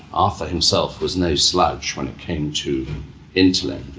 arthur himself was no slouch when it came to intellect.